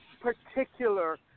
particular